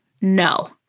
No